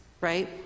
right